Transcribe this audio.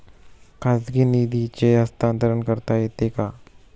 खाजगी निधीचे हस्तांतरण करता येते का?